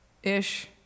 Ish